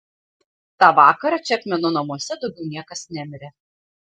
tą vakarą čepmeno namuose daugiau niekas nemirė